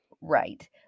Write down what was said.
right